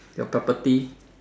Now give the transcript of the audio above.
your property